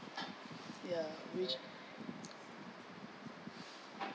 ya which